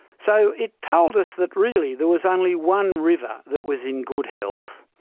so it told us that really there was only one river that was in good health.